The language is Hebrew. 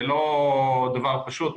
זה לא דבר פשוט.